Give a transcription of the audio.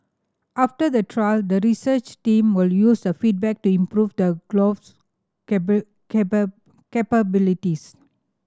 after the trial the research team will use the feedback to improve the glove's capabilities